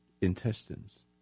intestines